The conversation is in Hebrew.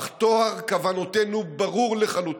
אך טוהר כוונותינו ברור לחלוטין.